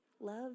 Love